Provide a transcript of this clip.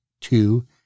two